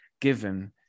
given